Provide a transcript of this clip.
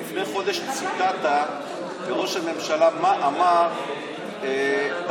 לפני חודש ציטטת לראש הממשלה מה אמר אביו,